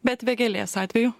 bet vėgėlės atveju